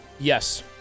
Yes